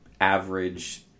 average